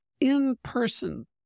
in-person